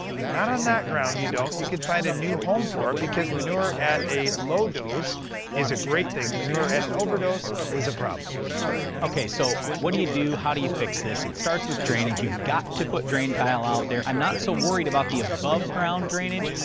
not on that ground, you don't. you can find a new home for it because manure at a low dose is a great thing. manure at an overdose is a problem. b ok so what do you do how do you fix this? it starts with drainage you've got to put drain tile out there. i'm not so worried about the above ground drainage.